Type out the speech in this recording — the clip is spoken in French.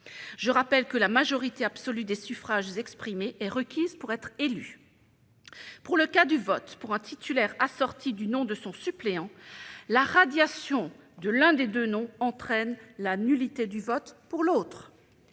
Je rappelle que la majorité absolue des suffrages exprimés est requise pour être élu. Pour le cas du vote pour un titulaire assorti du nom de son suppléant, la radiation de l'un des deux noms entraîne la nullité du vote pour l'autre.